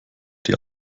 die